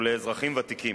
ולאזרחים ותיקים.